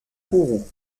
kourou